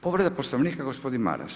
Povreda Poslovnika gospodin Maras.